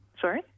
sorry